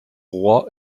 roi